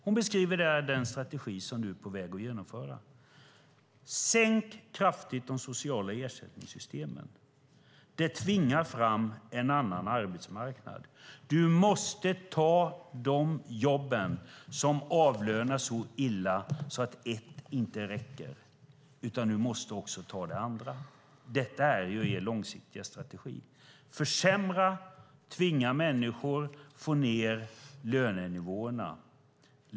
Hon beskriver där den strategi som du är på väg att genomföra: Sänk kraftigt de sociala ersättningssystemen! Det tvingar fram en annan arbetsmarknad. Du måste ta de jobb som avlönas så illa att ett inte räcker, utan du måste också ta det andra. Detta är er långsiktiga strategi: Försämra! Tvinga människor att få ned lönenivåerna!